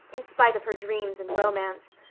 in spite of her dreams and romance,